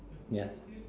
ya